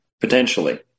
potentially